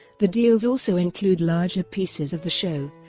the deals also include larger pieces of the show,